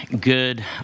good